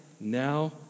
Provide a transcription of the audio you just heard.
now